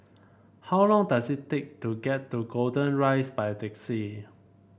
how long does it take to get to Golden Rise by taxi